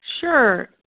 Sure